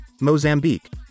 Mozambique